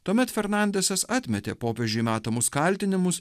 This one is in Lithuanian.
tuomet fernandesas atmetė popiežiui metamus kaltinimus